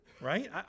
right